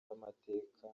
y’amateka